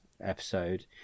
episode